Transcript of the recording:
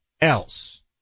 else